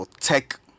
tech